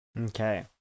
Okay